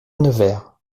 nevers